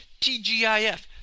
TGIF